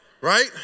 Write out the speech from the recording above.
Right